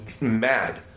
mad